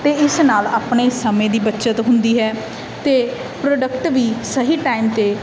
ਅਤੇ ਇਸ ਨਾਲ ਆਪਣੇ ਸਮੇਂ ਦੀ ਬੱਚਤ ਹੁੰਦੀ ਹੈ ਅਤੇ ਪ੍ਰੋਡਕਟ ਵੀ ਸਹੀ ਟਾਈਮ 'ਤੇ